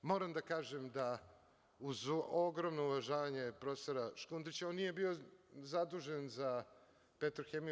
Moram da kažem da, uz ogromno uvažavanje profesora Škundrića, on nije bio zadužen za „Petrohemiju“